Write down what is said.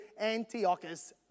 Antiochus